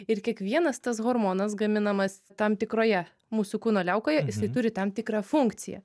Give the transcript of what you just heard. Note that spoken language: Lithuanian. ir kiekvienas tas hormonas gaminamas tam tikroje mūsų kūno liaukoje jisai turi tam tikrą funkciją